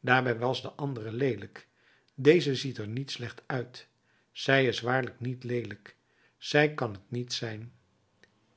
daarbij was de andere leelijk deze ziet er niet slecht uit zij is waarlijk niet leelijk zij kan het niet zijn